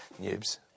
noobs